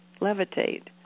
levitate